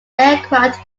aircraft